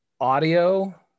Audio